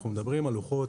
אנחנו מדברים על לוחות